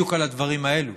בדיוק על הדברים האלה.